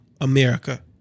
America